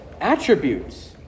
attributes